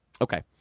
Okay